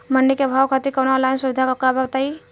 मंडी के भाव खातिर कवनो ऑनलाइन सुविधा बा का बताई?